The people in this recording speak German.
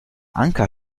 anker